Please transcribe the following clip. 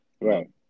Right